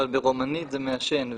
אבל ברומנית זה מעשן.